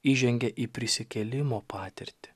įžengė į prisikėlimo patirtį